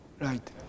Right